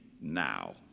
now